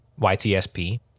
YTSP